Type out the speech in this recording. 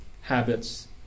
habits